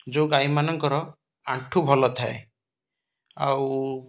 ଯେଉଁ ଗାଈମାନଙ୍କର ଆଣ୍ଠୁ ଭଲ ଥାଏ ଆଉ